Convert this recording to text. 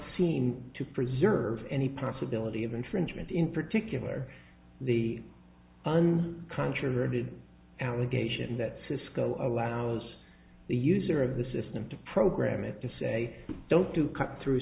seen to preserve any possibility of infringement in particular the un controverted allegation that cisco allows the user of the system to program it to say don't do cut through